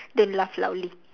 don't laugh loudly